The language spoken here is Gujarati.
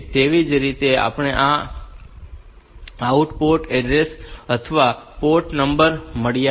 તેવી જ રીતે આપણને આ આઉટ પોર્ટ એડ્રેસ અથવા પોર્ટ નંબર મળ્યા છે